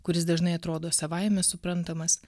kuris dažnai atrodo savaime suprantamas